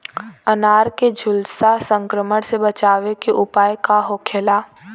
अनार के झुलसा संक्रमण से बचावे के उपाय का होखेला?